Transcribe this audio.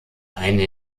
eine